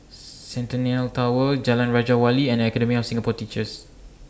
Centennial Tower Jalan Raja Wali and Academy of Singapore Teachers